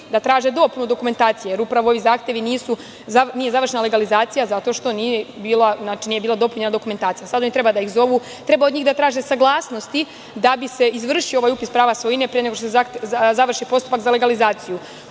da traže dopunu dokumentacije, jer upravo nije završena legalizacija, zato što nije bila dopunjena dokumentacija. Treba od njih da traže saglasnost, da bi se izvršio ovaj upis prava svojine, pre nego što se završi postupak za legalizaciju.